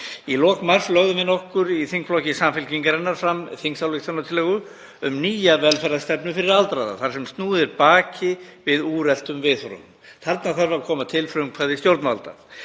Í lok mars lögðum við nokkur í þingflokki Samfylkingarinnar fram þingsályktunartillögu um nýja velferðarstefnu fyrir aldraða þar sem snúið er baki við úreltum viðhorfum. Þarna þarf að koma til frumkvæði stjórnvalda.